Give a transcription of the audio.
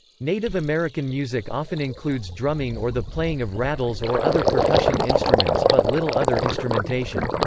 native american music often includes drumming or the playing of rattles or other percussion instruments but little other instrumentation.